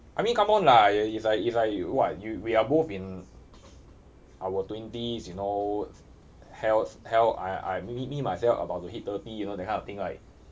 I mean come on lah it's like it's like you [what] we are both in our twenties you know health hea~ I I me me myself I'm about to hit thirty you know that kind of thing right